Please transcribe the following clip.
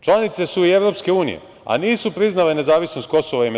Članice su i EU, a nisu priznale nezavisnost KiM.